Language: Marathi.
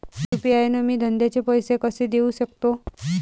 यू.पी.आय न मी धंद्याचे पैसे कसे देऊ सकतो?